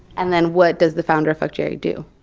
and then what does the founder of like jerry do?